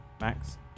max